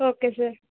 okay sir